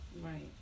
Right